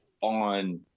on